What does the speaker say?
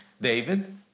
David